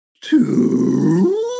Two